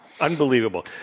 Unbelievable